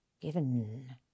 given